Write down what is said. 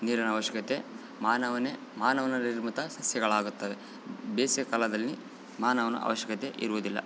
ನೀರಿನ ಅವಶ್ಯಕತೆ ಮಾನವನೇ ಮಾನವನ ನಿರ್ಮಿತ ಸಸ್ಯಗಳಾಗುತ್ತವೆ ಬೇಸಿಗೆ ಕಾಲದಲ್ಲಿ ಮಾನವನ ಅವಶ್ಯಕತೆ ಇರುವುದಿಲ್ಲ